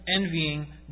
envying